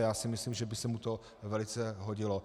Já si myslím, že by se mu to velice hodilo.